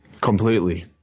Completely